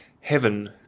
Heaven